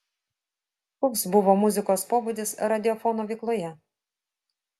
koks buvo muzikos pobūdis radiofono veikloje